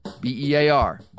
B-E-A-R